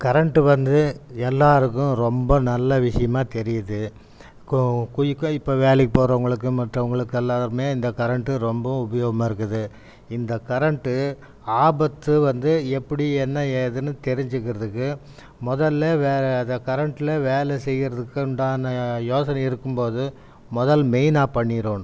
current வந்து எல்லாருக்கும் ரொம்ப நல்ல விஷயமா தெரியுது கொ குயிக்கா இப்போ வேலைக்கு போகிறவங்களுக்கு மற்றவங்களுக்கு எல்லாமே இந்த கரண்ட்டு ரொம்பவும் உபயோகமாக இருக்குது இந்தக் கரண்டு ஆபத்து வந்து எப்படி என்ன ஏதுனு தெரிஞ்சிக்கிறதுக்கு மொதலில் வேறு அதை கரண்டில் வேலை செய்யுறதுக்குண்டான யோசனை இருக்கும்போது முதல் மெயின் ஆப் பண்ணிடணும்